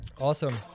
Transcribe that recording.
Awesome